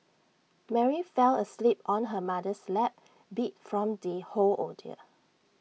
Mary fell asleep on her mother's lap beat from the whole ordeal